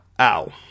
Ow